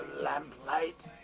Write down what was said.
lamplight